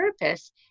purpose